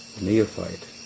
neophyte